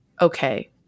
okay